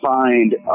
find